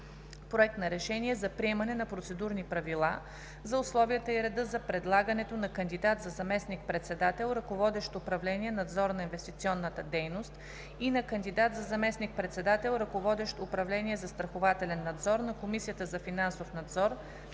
„Проект! РЕШЕНИЕ за приемане на процедурни правила за условията и реда за предлагането на кандидат за заместник-председател, ръководещ управление „Надзор на инвестиционната дейност“, и на кандидат за заместник-председател, ръководещ управление „Застрахователен надзор“, на Комисията за финансов надзор,